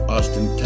Austin